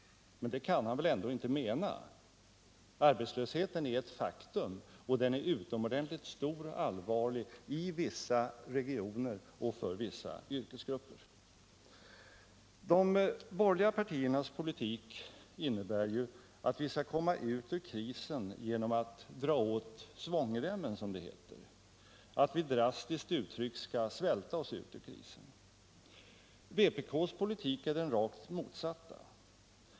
Men det kan han väl ändå inte mena. Arbetslösheten är ett faktum, och den är utomordentligt stor och allvarlig i vissa regioner och för vissa yrkesgrupper. De borgerliga partiernas politik innebär att vi skall komma ut ur krisen genom att dra åt svångremmen, som det heter — att vi drastiskt uttryckt skall svälta oss ut ur krisen. Vpk:s politik är den rakt motsatta.